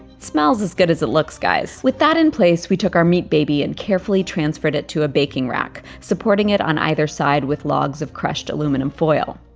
smells as good as it looks, guys. with that in place, we took our meat baby and carefully transferred it to a baking rack, supporting it on either side with logs of crushed aluminum foil.